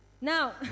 Now